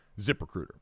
ZipRecruiter